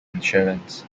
insurance